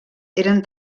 eren